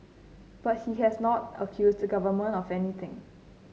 but he has not accused the Government of anything